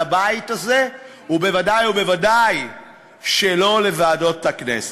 וודאי וודאי שלא לוועדות הכנסת.